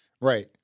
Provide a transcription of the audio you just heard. Right